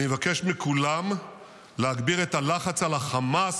אני מבקש מכולם להגביר את הלחץ על חמאס,